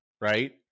right